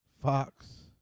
Fox